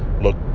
look